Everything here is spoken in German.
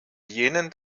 jenen